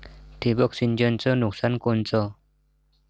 ठिबक सिंचनचं नुकसान कोनचं?